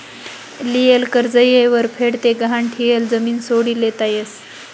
लियेल कर्ज येयवर फेड ते गहाण ठियेल जमीन सोडी लेता यस